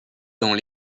dans